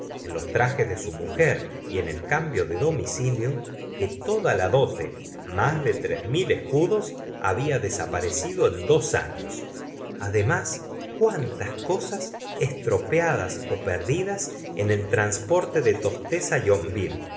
en los trajes de su mujer y en el cambio de domicilio que toda la dote más de tres mil escudos había desaparecido en dos arios además cuántas cosas estropeadas ó perdidas en el transporte de tostes